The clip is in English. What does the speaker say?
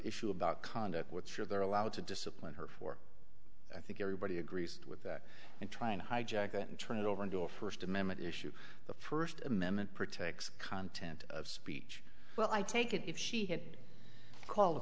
issue about conduct what sure they're allowed to discipline her for i think everybody agrees with that and trying to hijack it and turn it over to a first amendment issue the first amendment protects content of speech well i take it if she had call